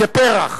כפרח,